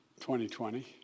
2020